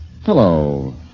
Hello